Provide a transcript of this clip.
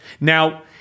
Now